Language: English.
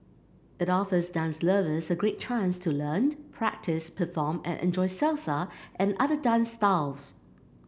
it offers dance lovers a great chance to learn practice perform and enjoy Salsa and other dance styles